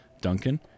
Duncan